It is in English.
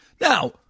Now